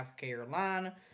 Carolina